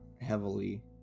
heavily